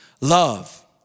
love